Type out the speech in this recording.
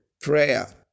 Prayer